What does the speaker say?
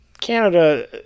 Canada